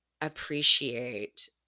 appreciate